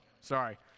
Sorry